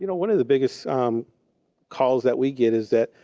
you know one of the biggest calls that we get is that,